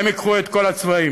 והם ייקחו את כל הצבעים,